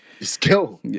Skill